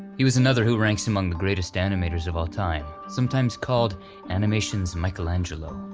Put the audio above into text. he was another who ranks among the greatest animators of all time, sometimes called animation's michelangelo.